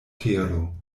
tero